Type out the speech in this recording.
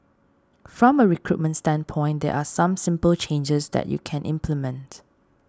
from a recruitment standpoint there are some simple changes that you can implement